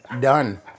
done